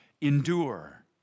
endure